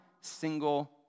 single